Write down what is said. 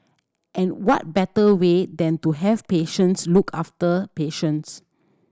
and what better way than to have patients look after patients